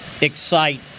excite